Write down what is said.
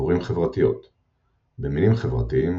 דבורים חברתיות – במינים חברתיים,